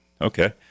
okay